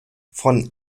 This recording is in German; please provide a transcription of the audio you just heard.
von